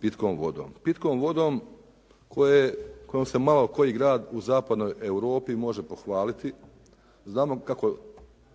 pitkom vodom kojom se malo koji grad u zapadnoj Europi može pohvaliti. Znamo kako